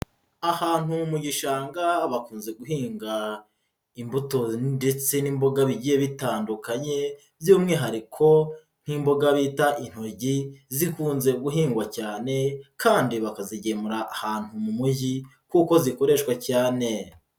Ahantu mu gishanga bakunze guhinga imbuto ndetse n'imboga bigiye bitandukanye, by'umwihariko nk'imboga bita intoryi, zikunze guhingwa cyane kandi bakazigemura ahantu mu mujyi kuko zikoreshwa cyane.